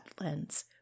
lens